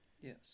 yes